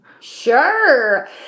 Sure